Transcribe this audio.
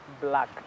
black